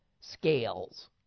scales